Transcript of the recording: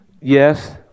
Yes